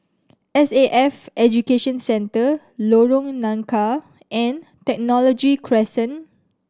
S A F Education Centre Lorong Nangka and Technology Crescent